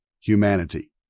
humanity